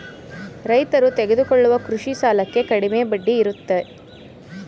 ರೈತರು ತೆಗೆದುಕೊಳ್ಳುವ ಕೃಷಿ ಸಾಲಕ್ಕೆ ಕಡಿಮೆ ಬಡ್ಡಿ ಇರುತ್ತೆ